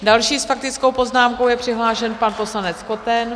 Další s faktickou poznámkou je přihlášen pan poslanec Koten.